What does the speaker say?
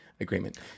agreement